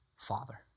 Father